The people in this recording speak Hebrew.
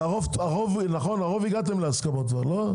והרוב הגעתם להסכמות נכון?